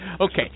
Okay